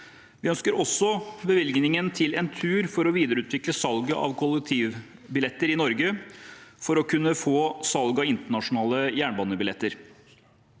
Vi øker også bevilgningen til Entur for å videreutvikle salget av kollektivbilletter i Norge, for å kunne få salg av internasjonale jernbanebilletter.